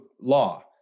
law